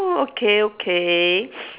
oh okay